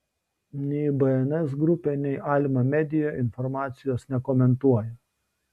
nei bns grupė nei alma media informacijos nekomentuoja